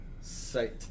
Sight